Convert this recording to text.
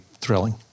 thrilling